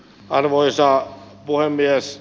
arvoisa puhemies